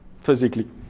physically